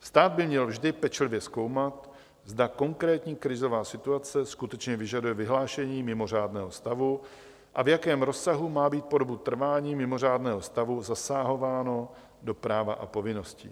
Stát by měl vždy pečlivě zkoumat, zda konkrétní krizová situace skutečně vyžaduje vyhlášení mimořádného stavu a v jakém rozsahu má být po dobu trvání mimořádného stavu zasahováno do práva a povinností.